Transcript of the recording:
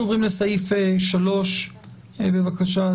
אנחנו עוברים לסעיף 3. בבקשה,